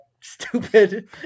stupid